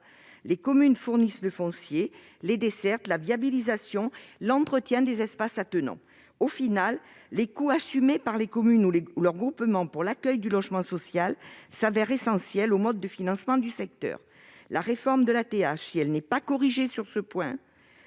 les communes fournissent le foncier, les dessertes, la viabilisation, l'entretien des espaces attenants, etc. En définitive, les coûts assumés par les communes ou leurs groupements pour l'accueil du logement social s'avèrent essentiels au mode de financement du secteur. La réforme de la taxe d'habitation, si elle n'est pas corrigée sur ce point,